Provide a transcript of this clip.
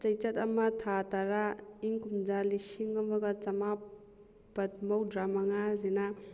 ꯆꯩꯆꯠ ꯑꯃ ꯊꯥ ꯇꯔꯥ ꯏꯪ ꯀꯨꯝꯖꯥ ꯂꯤꯁꯤꯡ ꯑꯃꯒ ꯆꯃꯥꯄꯜ ꯃꯧꯗ꯭ꯔꯥ ꯃꯪꯉꯥꯁꯤꯅ